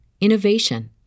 innovation